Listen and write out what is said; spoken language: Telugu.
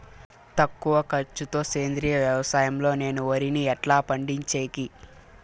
తక్కువ ఖర్చు తో సేంద్రియ వ్యవసాయం లో నేను వరిని ఎట్లా పండించేకి?